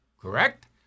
correct